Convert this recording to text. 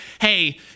hey